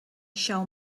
shall